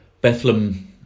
Bethlehem